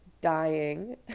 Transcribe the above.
dying